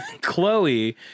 Chloe